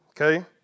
okay